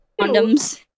condoms